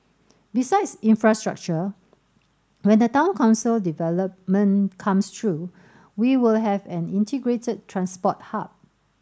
besides infrastructure when the Town Council development comes through we will have an integrated transport hub